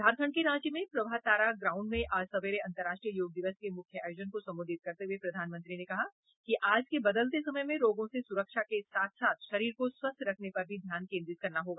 झारखंड के रांची में प्रभात तारा ग्राउंड में आज सवेरे अंतरराष्ट्रीय योग दिवस के मुख्य आयोजन को सम्बोधित करते हुए प्रधानमंत्री ने कहा कि आज के बदलते समय में रोगों से सुरक्षा के साथ साथ शरीर को स्वस्थ रखने पर भी ध्यान केन्द्रित करना होगा